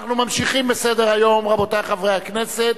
אנחנו ממשיכים בסדר-היום, רבותי חברי הכנסת.